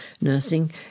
nursing